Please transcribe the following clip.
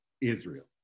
Israel